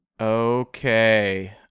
Okay